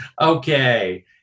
Okay